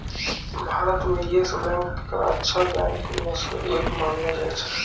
भारत म Yes Bank क अच्छा बैंक म स एक मानलो जाय छै